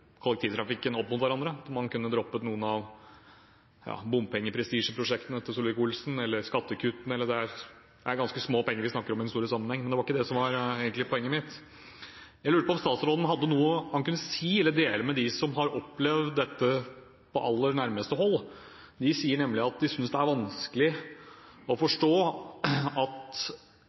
kollektivtrafikken opp mot hverandre. Man kunne droppet noen av bompengeprestisjeprosjektene til Solvik-Olsen eller skattekuttene osv. Det er ganske små penger vi snakker om i den store sammenhengen. Men det var ikke det som egentlig var poenget mitt. Jeg lurte på om statsråden hadde noe å si til eller dele med dem som har opplevd dette på aller nærmeste hold. De sier nemlig at de synes det er vanskelig å forstå at